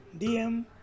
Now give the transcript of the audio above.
DM